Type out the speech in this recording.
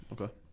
Okay